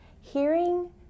hearing